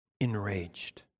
enraged